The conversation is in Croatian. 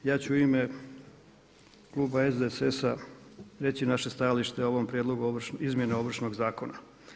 Ja ću u ime kluba SDSS-a, reći naše stajalište o ovom prijedlogu Izmjene ovršnoga zakona.